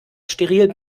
steril